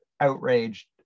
outraged